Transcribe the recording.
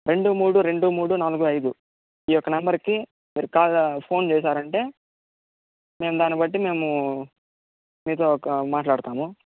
రెండు మూడు రెండు మూడు నాలుగు ఐదు ఈ యొక్క నంబర్కి మీరు కాల్ ఫోన్ చేశారంటే మేము దాన్నిబట్టి మేము మీతో ఒక మాట్లాడతాము